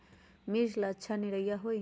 मिर्च ला अच्छा निरैया होई?